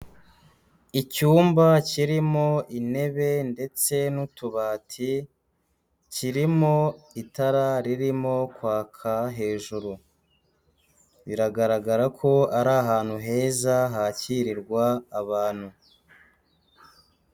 Icyumba kirimo intebe ndetse n'utubati, kirimo itara ririmo kwaka hejuru, biragaragara ko ari ahantu heza hakirirwa abantu.